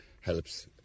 helps